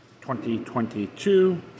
2022